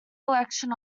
election